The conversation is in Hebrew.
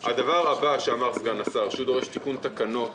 הדבר הבא שאמר סגן השר, שזה דורש תיקון תקנות